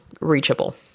reachable